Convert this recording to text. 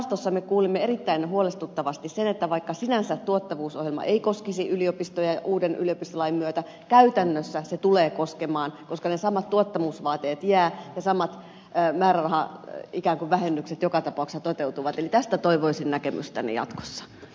jaostossa me kuulimme erittäin huolestuttavasti sen että vaikka sinänsä tuottavuusohjelma ei koskisi yliopistoja niin uuden yliopistolain myötä käytännössä se tulee koskemaan koska ne samat tuottavuusvaateet jäävät ja samat ikään kuin määrärahavähennykset joka tapauksessa toteutuvat eli tästä toivoisin näkemystänne jatkossa